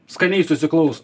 skaniai susiklauso